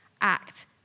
Act